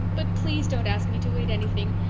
but please don't ask me to eat anything,